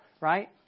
right